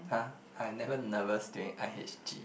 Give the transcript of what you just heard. [huh] I never nervous during i_h_g